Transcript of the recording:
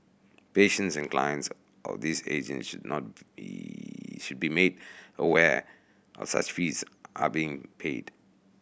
patients and clients of these agents should not be should be made aware such fees are being paid